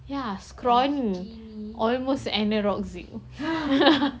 ya scrawny almost anorexic